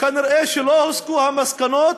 כנראה שלא הוסקו המסקנות,